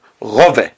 Rove